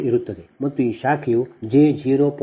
14 ಇರುತ್ತದೆ ಮತ್ತು ಈ ಶಾಖೆಯು j 0